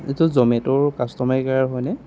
এইটো জমে'টৰ customer care হয়নে